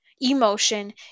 emotion